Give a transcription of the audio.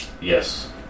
Yes